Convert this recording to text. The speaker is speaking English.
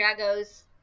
Drago's